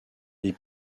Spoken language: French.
les